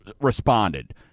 responded